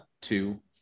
two